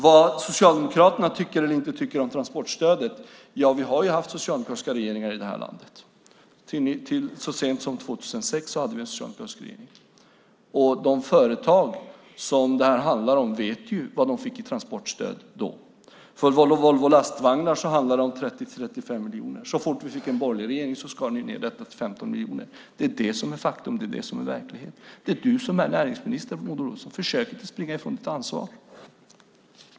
Vad Socialdemokraterna tycker eller inte tycker om transportstödet - ja, vi har ju haft socialdemokratiska regeringar i det här landet. Till så sent som 2006 hade vi en socialdemokratisk regering. Och de företag som det här handlar om vet vad de fick i transportstöd då. För Volvo Lastvagnar handlade det om 30-35 miljoner. Så fort vi fick en borgerlig regering skars det ned till 15 miljoner. Det är det som är faktum, det är det som är verklighet. Det är du som är näringsminister, Maud Olofsson. Försök inte springa ifrån ditt ansvar!